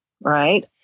Right